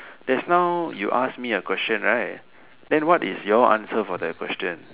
just now you ask me a question right then what is your answer for that question